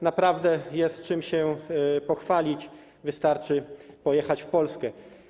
Naprawdę jest czym się pochwalić, wystarczy pojechać w Polskę.